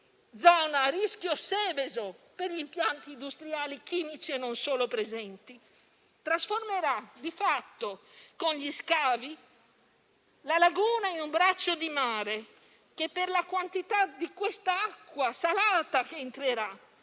zona a rischio Seveso per gli impianti industriali e chimici, e non solo, presenti - trasformerà di fatto con gli scavi la laguna in un braccio di mare che, per la quantità di acqua salata che entrerà,